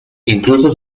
incluso